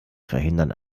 verhindern